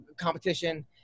competition